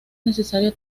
necesario